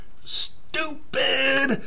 Stupid